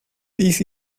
this